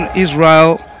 Israel